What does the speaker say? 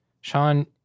Sean